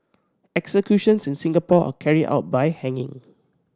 executions in Singapore are carried out by hanging